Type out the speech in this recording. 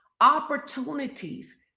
opportunities